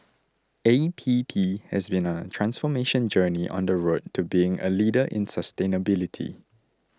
A P P has been on a transformation journey on the road to being a leader in sustainability